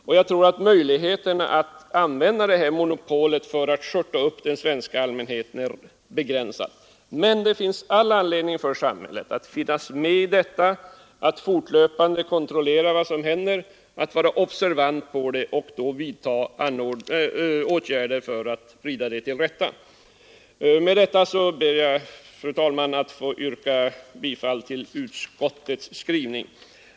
Jag tror också att möjligheten att använda monopolet för att skörta upp den svenska allmänheten är begränsad. Samhället har all anledning att finnas med i den här verksamheten, att fortlöpande kontrollera vad som händer, att vara observant och vidta åtgärder för att vrida det hela till rätta om det behövs. Med dessa ord ber jag, fru talman, att få yrka bifall till utskottets hemställan.